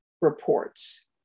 reports